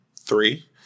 Three